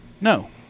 No